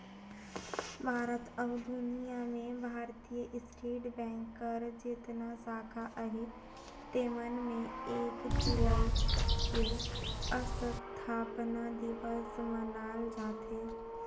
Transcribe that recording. भारत अउ दुनियां में भारतीय स्टेट बेंक कर जेतना साखा अहे तेमन में एक जुलाई के असथापना दिवस मनाल जाथे